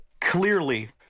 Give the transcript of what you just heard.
clearly